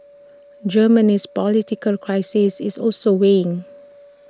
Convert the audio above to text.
Germany's political crisis is also weighing